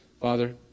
Father